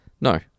No